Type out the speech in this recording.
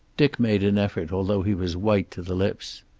dick made an effort, although he was white to the lips.